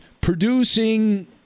Producing